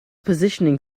positioning